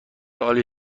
عالی